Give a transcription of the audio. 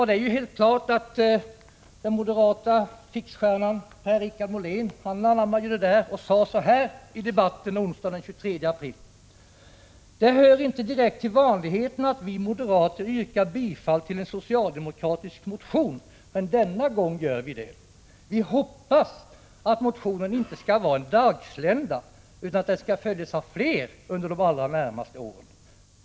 Det är helt klart att den moderata fixstjärnan Per-Richard Molén tog fasta på detta och sade så här i debatten onsdagen den 23 april: ”Det hör inte direkt till vanligheterna att vi moderater yrkar bifall till en socialdemokratisk motion, men denna gång gör vi det. Vi hoppas att motionen inte skall vara en dagslända, utan att den skall följas av flera under de allra närmaste åren.